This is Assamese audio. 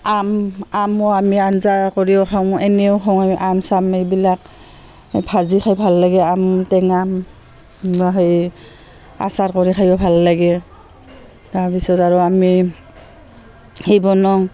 আম আমো আমি আঞ্জা কৰিও খাওঁ এনেও খাওঁ আম চাম এইবিলাক ভাজি খাই ভাল লাগে আম টেঙা সেই আচাৰ কৰি খায়ো ভাল লাগে তাৰপিছত আৰু আমি সেই বনাওঁ